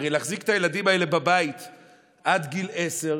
הרי להחזיק בבית את הילדים האלה עד גיל עשר,